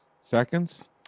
Seconds